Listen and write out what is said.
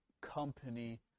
company